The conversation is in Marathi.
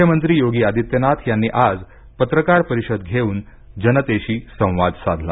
मुख्यमंत्री योगी आदित्यनाथ यांनी आज पत्रकार परिषद घेऊन जनतेशी संवाद साधला